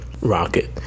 Rocket